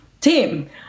team